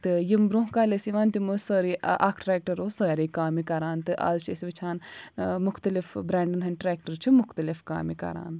تہٕ یِم برٛونٛہہ کالہِ ٲسۍ یِوان تِم ٲسۍ سٲرِی اَکھ ٹرِٛیٚکٹَر اوس سٲرِی کامہِ کران تہٕ اَز چھِ أسۍ وُچھان مُختلِف برٛینٛڈَن ہٕنٛدۍ ٹرِٛیٚکٹَر چھِ مُختَلِف کامہِ کران